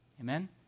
Amen